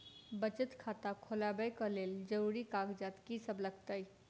बचत खाता खोलाबै कऽ लेल जरूरी कागजात की सब लगतइ?